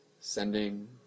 sending